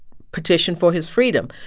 petition for his freedom.